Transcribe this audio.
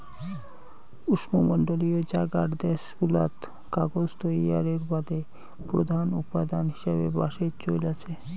উষ্ণমণ্ডলীয় জাগার দ্যাশগুলাত কাগজ তৈয়ারের বাদে প্রধান উপাদান হিসাবে বাঁশের চইল আচে